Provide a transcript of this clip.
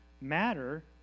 matter